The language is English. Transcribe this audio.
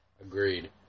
Agreed